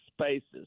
spaces